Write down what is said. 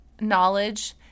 knowledge